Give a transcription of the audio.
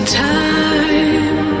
time